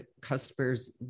customers